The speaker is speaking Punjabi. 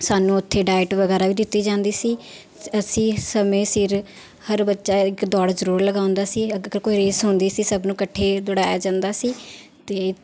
ਸਾਨੂੰ ਉੱਥੇ ਡਾਈਟ ਵਗੈਰਾ ਵੀ ਦਿੱਤੀ ਜਾਂਦੀ ਸੀ ਅਸੀਂ ਸਮੇਂ ਸਿਰ ਹਰ ਬੱਚਾ ਇੱਕ ਦੌੜ ਜ਼ਰੂਰ ਲਗਾਉਂਦਾ ਸੀ ਅਗਰ ਕੋਈ ਰੇਸ ਹੁੰਦੀ ਸੀ ਸਭ ਨੂੰ ਇਕੱਠੇ ਦੌੜਾਇਆ ਜਾਂਦਾ ਸੀ ਅਤੇ